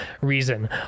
reason